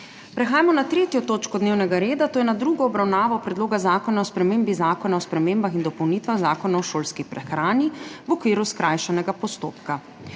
**prekinjeno 3. točko dnevnega reda, to je s tretjo obravnavo Predloga zakona o spremembi Zakona o spremembah in dopolnitvah Zakona o šolski prehrani v okviru skrajšanega postopka.**